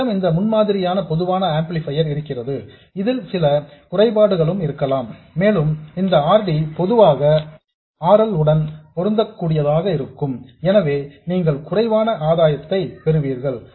நம்மிடம் இந்த முன்மாதிரியான பொதுவான ஆம்ப்ளிபையர் இருக்கிறது இதில் சில குறைபாடுகளும் இருக்கலாம் மேலும் இந்த R D பொதுவாக R L உடன் பொருந்தக் கூடியதாக இருக்கும் எனவே நீங்கள் குறைவான ஆதாயத்தை பெறுவீர்கள்